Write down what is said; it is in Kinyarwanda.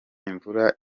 imvura